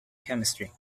chemistry